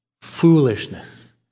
foolishness